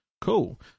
cool